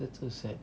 that's so sad